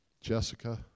Jessica